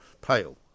pale